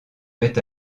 met